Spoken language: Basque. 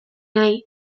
nahi